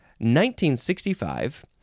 1965